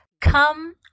come